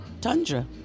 tundra